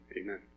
amen